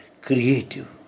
creative